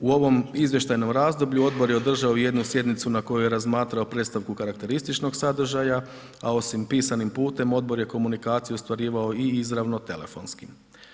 U ovom izvještajnom razdoblju, odbor je održao jednu sjednicu na koju je razmatrao predstavku karakterističnog sadržaja a osim pisanim putem, odbor je komunikaciju ostvarivao i izravno telefonskim.